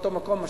באותו מקום.